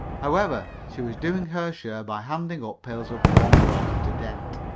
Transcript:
however, she was doing her share by handing up pails of warm water to dent.